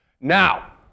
Now